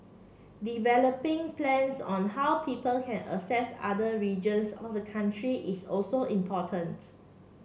developing plans on how people can access other regions of the country is also important